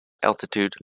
altitude